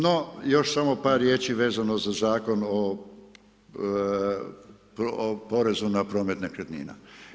No, još samo par riječi vezano za zakon o porezu na promet nekretnina.